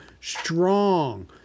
strong